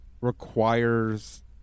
requires